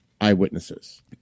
eyewitnesses